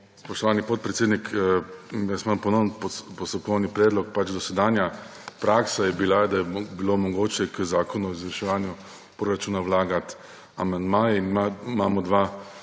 Spoštovani podpredsednik! Imam ponoven postopkovni predlog. Dosedanja praksa je bila, da je bilo mogoče k zakonu o izvrševanju proračuna vlagati amandmaje. Imamo dva